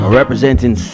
representing